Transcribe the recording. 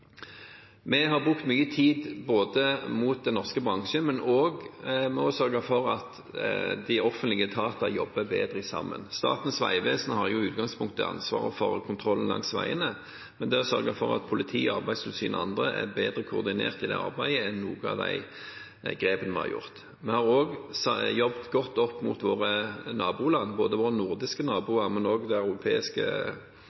Vi har brukt mye tid overfor den norske bransjen og for å sørge for at de offentlige etater jobber bedre sammen. Statens vegvesen har i utgangspunktet ansvaret for kontrollen langs veiene, men det å sørge for at politi, arbeidstilsyn og andre er bedre koordinert i dette arbeidet, er noen av de grepene vi har tatt. Vi har også jobbet godt opp mot våre naboland, ikke bare våre nordiske